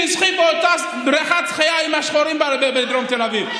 תשחי באותה בריכת שחייה עם השחורים בדרום תל אביב.